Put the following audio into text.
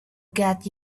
get